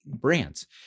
brands